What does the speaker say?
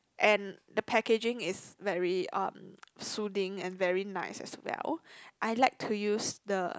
and the packaging is very um soothing and very nice as well I like to use the